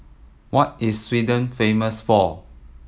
what is Sweden famous for